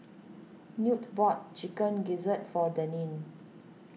Newt bought Chicken Gizzard for Deneen